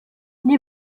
n’y